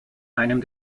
einem